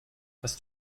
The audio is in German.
hast